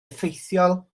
effeithiol